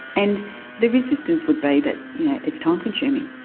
and the resistance would be that you know it's time consuming.